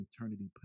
eternity